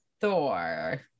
thor